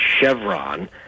Chevron